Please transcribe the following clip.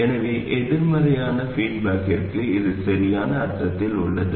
எனவே எதிர்மறையான பீட்பாக்கிற்கு இது சரியான அர்த்தத்தில் உள்ளது